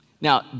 Now